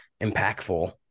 impactful